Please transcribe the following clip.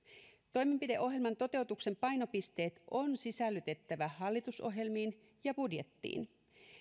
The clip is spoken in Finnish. toimenpideohjelman toteutuksen painopisteet on sisällytettävä hallitusohjelmiin ja budjettiin